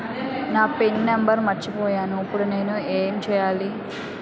నా pin number మర్చిపోయాను ఇప్పుడు నేను ఎంచేయాలి?